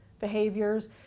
behaviors